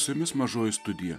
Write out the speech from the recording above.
su jumis mažoji studija